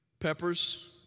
Peppers